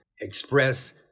express